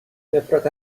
نفرت